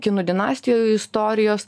kinų dinastijų istorijos